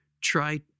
try